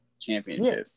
championship